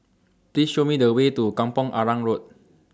Please Show Me The Way to Kampong Arang Road